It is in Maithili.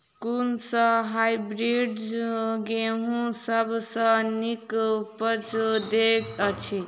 कुन सँ हायब्रिडस गेंहूँ सब सँ नीक उपज देय अछि?